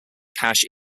cache